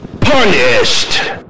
punished